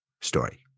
story